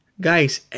guys